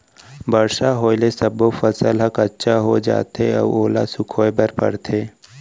बरसा होए ले सब्बो फसल ह कच्चा हो जाथे अउ ओला सुखोए बर परथे